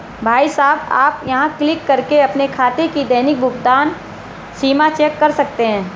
भाई साहब आप यहाँ क्लिक करके अपने खाते की दैनिक भुगतान सीमा चेक कर सकते हैं